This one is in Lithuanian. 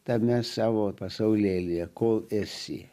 tame savo pasaulėlyje kol esi